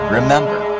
Remember